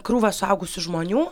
krūvą suaugusių žmonių